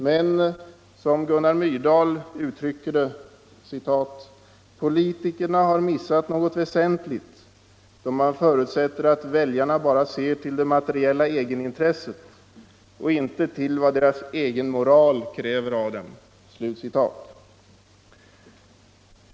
Men, som Gunnar Myrdal uttrycker det, politikerna ”har missat något väsentligt, då man förutsätter att väljarna bara ser till det materiella egenintresset och inte till vad deras egen moral kräver av dem”.